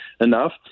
enough